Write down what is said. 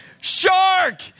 shark